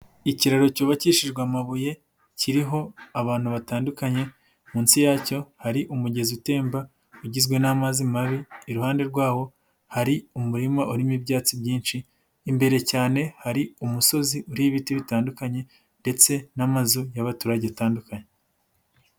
Ikiraro cyubakishijwe amabuye kiriho abantu batandukanye, munsi yacyo hari umugezi utemba ugizwe n'amazi mabi, iruhande rwaho hari umurima urimo ibyatsi byinshi imbere cyane, hari umusozi uriho ibiti bitandukanye, ndetse n'amazu y'abaturage atandukanye.